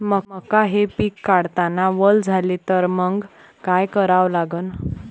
मका हे पिक काढतांना वल झाले तर मंग काय करावं लागन?